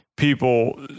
people